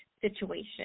situation